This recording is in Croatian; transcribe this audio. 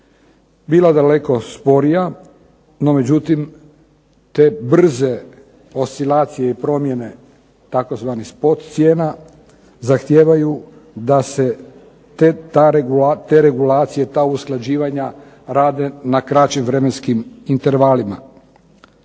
bila daleko sporija. No međutim, te brze oscilacije i promjene tzv. spot cijena zahtijevaju da se te regulacije, ta usklađivanja rade na kraćim vremenskim intervalima.